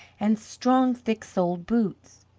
and strong, thick-soled boots.